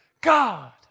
God